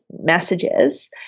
messages